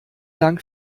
dank